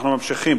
אנחנו ממשיכים.